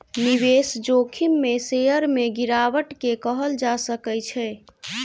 निवेश जोखिम में शेयर में गिरावट के कहल जा सकै छै